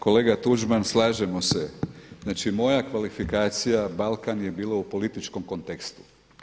Kolega Tuđman, slažemo se, znači moja kvalifikacija Balkan je bilo u političkom kontekstu.